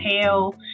hell